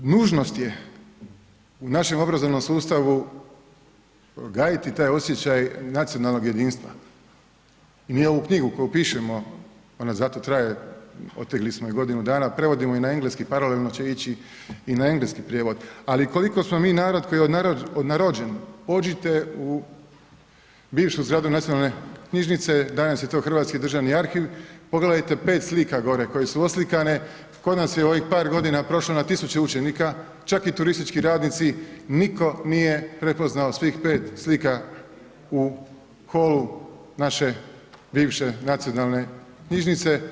Nužnost je u našem obrazovnom sustavu gajiti taj osjećaj nacionalnog jedinstva i mi ovu knjigu koju pišemo, ona zato traje, otegli smo je godinu dana, prevodimo je na engleski, paralelno će ići i na engleski prijevod, ali koliko smo mi narod koji je odnarođen, pođite u bivšu zgradu nacionalne knjižnice, danas je to Hrvatski državni arhiv, pogledajte 5 slika gore koje su oslikane, kod nas je u ovih par godina prošlo na tisuće učenika, čak i turistički radnici, nitko nije prepoznao svih 5 slika u holu naše bivše nacionalne knjižnice.